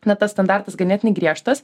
na tas standartas ganėtinai griežtas